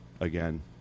again